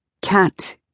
Cat